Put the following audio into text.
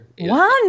one